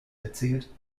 erzählt